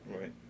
right